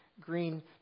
green